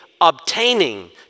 obtaining